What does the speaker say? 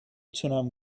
تونم